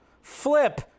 flip